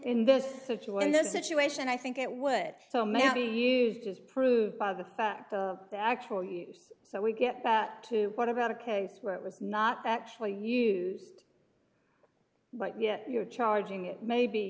in this situation the situation i think it would so many used as proved by the fact of the actual use so we get back to what about a case where it was not actually used but yet you're charging it maybe